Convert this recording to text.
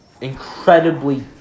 incredibly